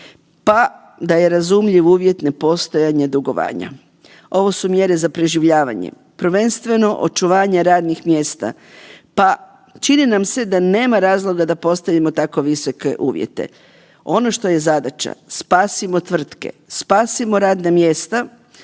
pa da je razumljiv uvjet nepostojanje dugovanja. Ovo su mjere za preživljavanje. Prvenstveno očuvanja radnih mjesta. Pa čini nam se da nema razloga da postavimo tako visoke uvjete. Ono što je zadaća, spasimo tvrtke, spasimo radna mjesta,